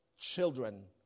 children